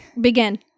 Begin